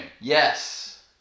Yes